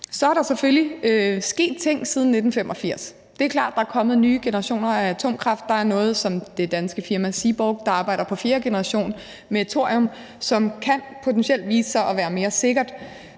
Der er selvfølgelig sket ting siden 1985; det er klart. Der er kommet nye generationer af atomkraft. Der er det, som det danske firma Seaborg arbejder på, nemlig fjerde generation med thorium, som potentielt kan vise sig at være mere sikkert.